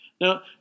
Now